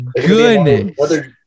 goodness